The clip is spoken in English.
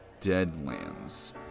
deadlands